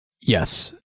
Yes